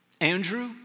andrew